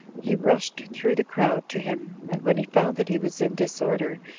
he rushed through the crowd to him, and when he found that he was in disorder,